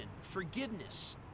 forgiveness